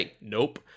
Nope